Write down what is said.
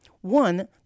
One